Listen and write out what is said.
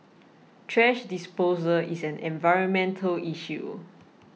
thrash disposal is an environmental issue